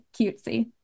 cutesy